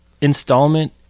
installment